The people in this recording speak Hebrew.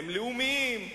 הם לאומיים,